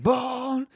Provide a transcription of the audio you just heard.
Born